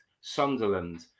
Sunderland